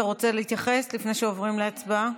אתה רוצה להתייחס לפני שעוברים להצבעה?